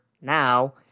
now